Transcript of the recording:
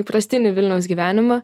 įprastinį vilniaus gyvenimą